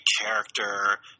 character